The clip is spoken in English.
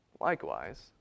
Likewise